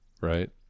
Right